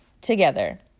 together